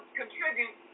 contribute